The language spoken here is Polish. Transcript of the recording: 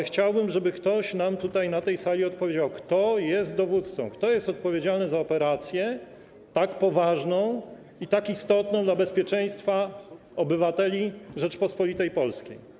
Chciałbym, żeby ktoś nam na tej sali powiedział, kto jest dowódcą, kto jest odpowiedzialny za operację tak poważną i tak istotną dla bezpieczeństwa obywateli Rzeczypospolitej Polskiej.